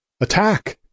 attack